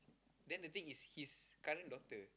then the thing is his current daughter